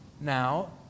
now